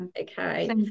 Okay